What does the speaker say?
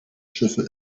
schiffe